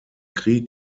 krieg